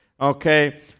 Okay